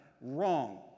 Wrong